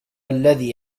الذي